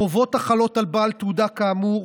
חובות החלות על בעל תעודה כאמור,